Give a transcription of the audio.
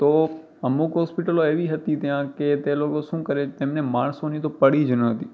તો અમુક હૉસ્પિટલો એવી હતી ત્યાં કે તે લોકો શું કરે તેમને માણસોની તો પડી જ ન હતી